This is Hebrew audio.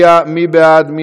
בעד.